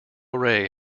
rey